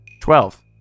Twelve